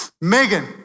Megan